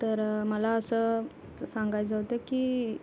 तर मला असं सांगायचं होतं की